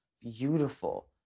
beautiful